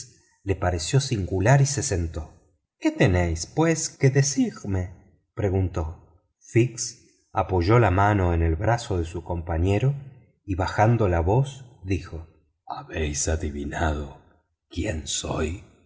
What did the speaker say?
le parecio singular y se sentó qué tenéis pues que decirme preguntó fix apoyó la mano en el brazo de su compañero y bajando la voz dijo habéis adivinado quién soy